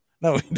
No